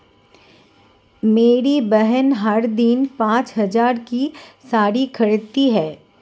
मेरी बहन हर दिन पांच हज़ार की साड़ी खरीदती है